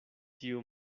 tiu